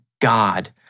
God